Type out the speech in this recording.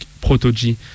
Proto-G